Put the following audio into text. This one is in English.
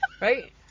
right